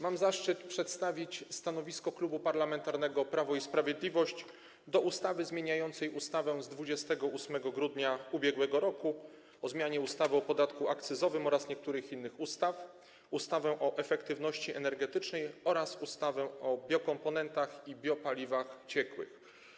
Mam zaszczyt przedstawić stanowisko Klubu Parlamentarnego Prawo i Sprawiedliwość dotyczące projektu ustawy zmieniającej ustawę z dnia 28 grudnia ub.r. o zmianie ustawy o podatku akcyzowym oraz niektórych innych ustaw, ustawę o efektywności energetycznej oraz ustawę o biokomponentach i biopaliwach ciekłych.